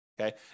okay